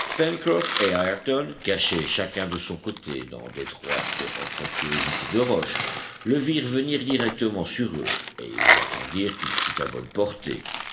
cachés chacun de son côté dans d'étroites anfractuosités de roches le virent venir directement sur eux et ils attendirent qu'il fût à bonne portée